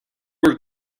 were